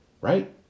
right